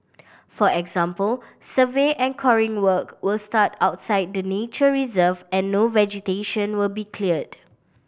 for example survey and coring work were start outside the nature reserve and no vegetation will be cleared